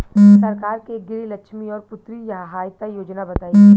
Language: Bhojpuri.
सरकार के गृहलक्ष्मी और पुत्री यहायता योजना बताईं?